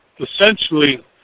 essentially